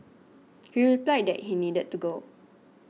he replied that he needed to go